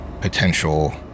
potential